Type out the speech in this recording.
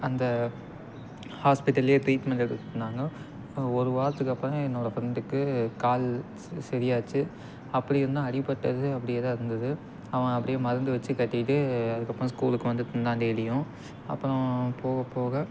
அந்த ஹாஸ்பிட்டல்லேயே ட்ரீட்மெண்ட் எடுக்க சொன்னாங்க ஒரு வாரத்துக்கப்புறம் தான் என்னோட ஃப்ரெண்டுக்கு கால் சரியாச்சு அப்படி இருந்தும் அடிப்பட்டது அப்படியே தான் இருந்தது அவன் அப்படியே மருந்து வச்சு கட்டிக்கிட்டு அதுக்கப்புறம் ஸ்கூலுக்கு வந்துட்டுருந்தான் டெய்லியும் அப்புறம் போக போக